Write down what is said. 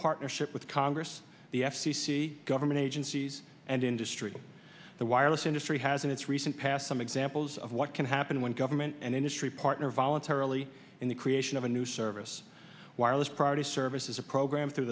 partnership with congress the f c c government agencies and industry the wireless industry has in its recent past some examples of what can happen when government and industry partner voluntarily in the creation of a new service wireless priority services a program through